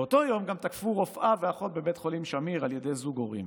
באותו יום גם תקפו רופאה ואחות בבית חולים שמיר על ידי זוג הורים.